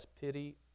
pity